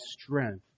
strength